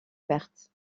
perte